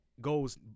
goes